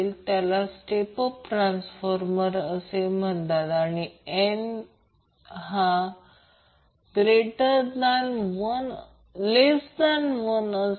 आणि त्याचप्रमाणे ω2 वर जेव्हा दुसऱ्या बाजूला XC XL किंवा XL XC आहे